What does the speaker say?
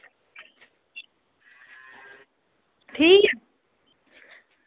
ठीक